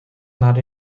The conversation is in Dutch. naar